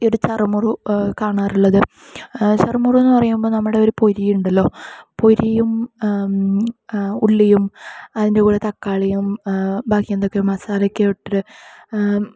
ഈ ഒര് ചറുമുറു കാണാറുള്ളത് ചറുമുറു എന്ന് പറയുമ്പോൾ നമ്മുടെ ഒര് പൊരിയുണ്ടല്ലോ പൊരിയും ഉള്ളിയും അതിൻ്റെ കൂടെ തക്കാളിയും ബാക്കി എന്തൊക്കെയോ മസാല ഒക്കെ ഇട്ടിട്ട്